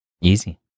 Easy